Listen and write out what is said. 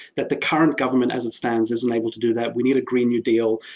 that the current government as it stands isn't able to do that we need a green new deal,